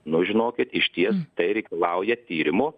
nu žinokit išties tai reikalauja tyrimo